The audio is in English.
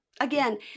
Again